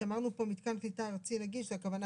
כשאמרנו פה מתקן קליטה ארצי נגיש זה הכוונה